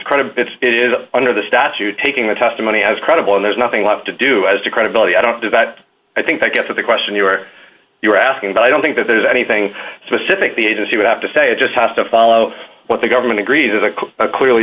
that it is under the statute taking the testimony as credible and there's nothing left to do as to credibility i don't do that i think i get the question you are you're asking but i don't think that there's anything specific the agency would have to say it just has to follow what the government agrees is a clearly